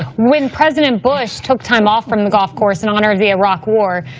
when president bush took time off from the golf course in honor of the iraq war,